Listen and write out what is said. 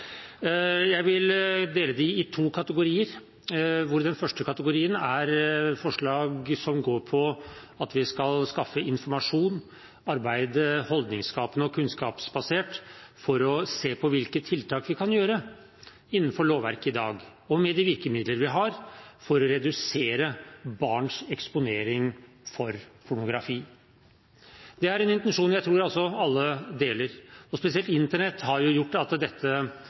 Jeg vil dele dem i to kategorier, hvor den første kategorien er forslag som går på at vi skal skaffe informasjon og arbeide holdningsskapende og kunnskapsbasert for å se på hvilke tiltak vi kan gjøre innenfor lovverket i dag og med de virkemidler vi har for å redusere barns eksponering for pornografi. Det er en intensjon jeg tror alle deler. Spesielt internett har gjort at dette